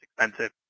expensive